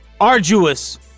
Arduous